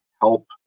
help